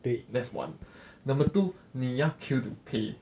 okay that's one number two 你要 queue to pay